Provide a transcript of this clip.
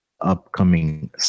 upcoming